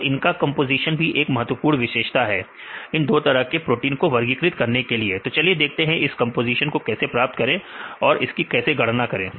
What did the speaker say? तो इनका कंपोजीशन भी एक महत्वपूर्ण विशेषता है इन दो तरह के प्रोटीन को वर्गीकृत करने के लिए तो चलिए देखते हैं इस कंपोजीशन को कैसे प्राप्त करें और कैसे इनकी गणना करें